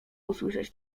usłyszeć